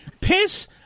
piss